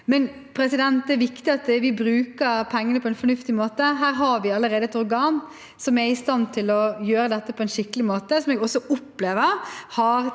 til spill, men det er viktig at vi bruker pengene på en fornuftig måte. Her har vi allerede et organ som er i stand til å gjøre dette på en skikkelig måte, og som jeg også opplever har